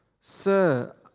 Sir